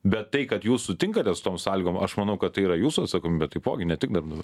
bet tai kad jūs sutinkate su tom sąlygom aš manau kad tai yra jūsų atsakomybė taipogi ne tik darbdavio